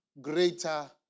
greater